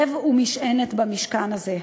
לב ומשענת במשכן הזה.